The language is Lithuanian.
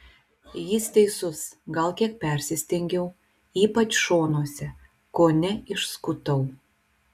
jis teisus gal kiek persistengiau ypač šonuose kone išskutau